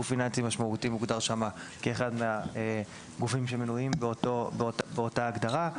גוף פיננסי משמעותי מוגדר שם כאחד מהגופים שמנויים באותה הגדרה.